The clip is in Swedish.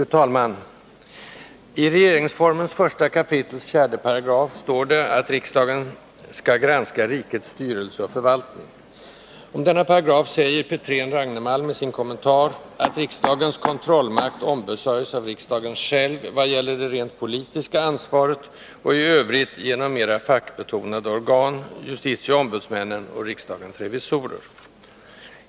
Fru talman! I regeringsformen 1 kap. 4§ står det att riksdagen skall granska rikets styrelse och förvaltning. Om denna paragraf säger Petrén-Ragnemalm i sin kommentar att riksdagens kontrollmakt ombesörjs av riksdagen själv vad det gäller det rent politiska ansvaret och i övrigt genom mera fackbetonade organ: justitieombudsmännen och riksdagens revisorer.